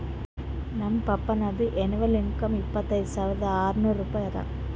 ನಮ್ದು ಪಪ್ಪಾನದು annual income ಇಪ್ಪತೈದ್ ಸಾವಿರಾ ಆರ್ನೂರ್ ರೂಪಾಯಿ ಅದಾ